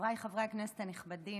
חבריי חברי הכנסת הנכבדים,